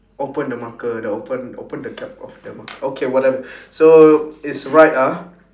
open the marker the open open the cap of the market okay whatever so it's right ah